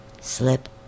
slip